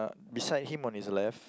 beside him on his left